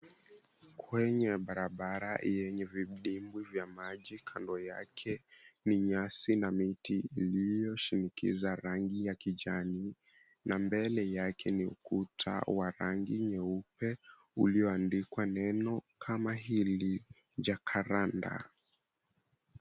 Kwenye barabara yenye vidimbwi vya maji kando yake ni nyasi na miti iliyoshinikiza rangi ya kijani na mbele yake ni ukuta wa rangi nyeupe ulioandikwa neno kama hili Jacaranda.